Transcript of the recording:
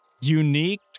unique